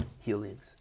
healings